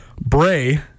Bray